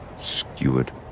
Skewered